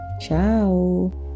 Ciao